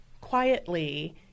quietly